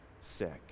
sick